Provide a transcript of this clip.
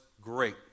great